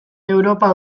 europa